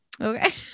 Okay